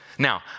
Now